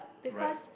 right